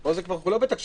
פה אנחנו כבר לא בתקש"ח.